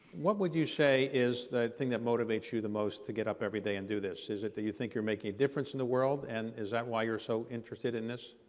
what would you say is the thing that motivates you the most to get up everyday and do this? is it that do you think you're making a difference in the world and is that why you're so interested in this?